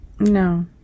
No